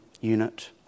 unit